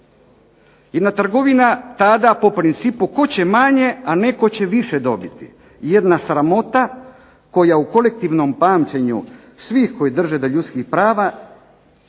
Jedna trgovina tada po principu tko će manje, a netko će više dobiti. Jedna sramota koja u kolektivnom pamćenju svih koji drže do ljudskih prava